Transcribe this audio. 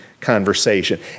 conversation